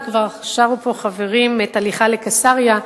וכבר שרו פה חברים את "הליכה לקיסריה",